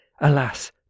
alas